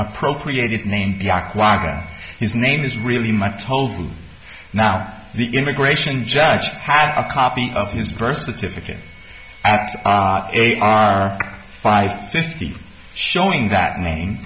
appropriate name his name is really my total now on the immigration judge had a copy of his birth certificate at five fifty showing that name